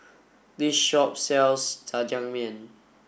this shop sells Jajangmyeon